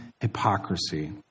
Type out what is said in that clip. hypocrisy